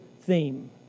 theme